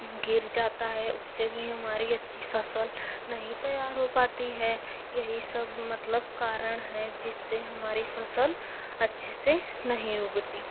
गिर जाता है इससे भी हमारी अच्छी फसल नहीं तैयार हो पाती है यही सब मतलब कारण है जिससे हमारी फसल अच्छे से नहीं उगती